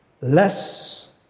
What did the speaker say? less